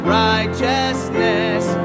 righteousness